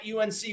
UNC